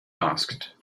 asked